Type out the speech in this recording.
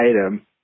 item